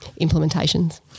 implementations